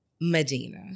Medina